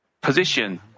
position